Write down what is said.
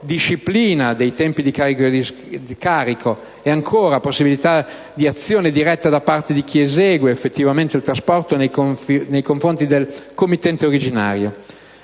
disciplina dei tempi di carico e scarico; possibilità di azione diretta da parte di chi esegue effettivamente il trasporto nei confronti del committente originario,